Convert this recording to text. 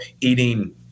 eating